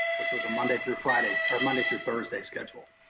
which was a monday through fridays or monday through thursday schedule.